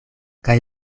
kaj